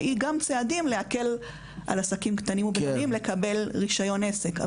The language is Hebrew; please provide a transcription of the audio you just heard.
שיש בה צעדים להקלה על עסקים קטנים ובינוניים בקבלת רישיון עסק,